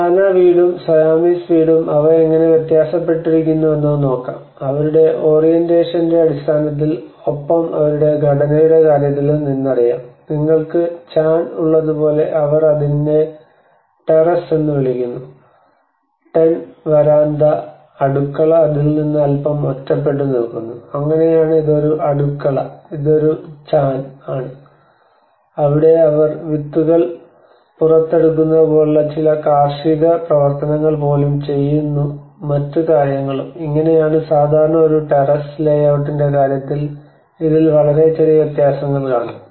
ലാന വീടും സയാമീസ് വീടും അവ എങ്ങനെ വ്യത്യാസപ്പെട്ടിരിക്കുന്നുവെന്നത് നോക്കാം അവരുടെ ഓറിയന്റേഷന്റെ അടിസ്ഥാനത്തിൽ ഒപ്പം അവരുടെ ഘടനയുടെ കാര്യത്തിലും നിന്നറിയാം നിങ്ങൾക്ക് ചാൻ ഉള്ളതുപോലെ അവർ അതിനെ ടെറസ് എന്നു വിളിക്കുന്നു ടെൻ വരാന്ത അടുക്കള അതിൽ നിന്ന് അൽപ്പം ഒറ്റപ്പെട്ടു നിൽക്കുന്നു അങ്ങനെയാണ് ഇത് ഒരു അടുക്കള ഇത് ഒരു ചാൻ ആണ് അവിടെ അവർ വിത്തുകൾ പുറത്തെടുക്കുന്നതുപോലുള്ള ചില കാർഷിക പ്രവർത്തനങ്ങൾ പോലും ചെയ്യുന്നു മറ്റ് കാര്യങ്ങളും ഇങ്ങനെയാണ് സാധാരണ ഒരു ടെറസ് ലേയൌട്ട്ൻറെ കാര്യത്തിൽ ഇതിൽവളരെ ചെറിയ വ്യത്യാസങ്ങൾ കാണാം